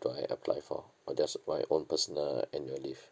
do I apply for or that's my own personal annual leave